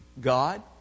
God